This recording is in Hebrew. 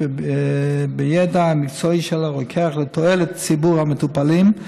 בידע המקצועי של הרוקח לתועלת ציבור המטופלים,